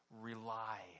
Rely